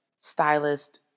stylist